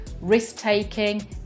risk-taking